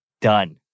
Done